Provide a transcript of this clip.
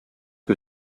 que